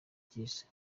cy’isi